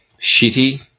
shitty